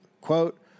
Quote